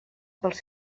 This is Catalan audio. pels